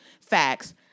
facts